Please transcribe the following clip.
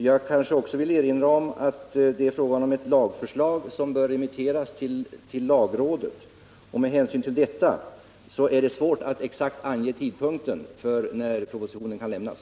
Jag kanske också bör erinra om att det är fråga om ett lagförslag som bör remitteras till lagrådet. Med hänsyn till detta är det svårt att exakt ange tidpunkten när propositionen kan lämnas.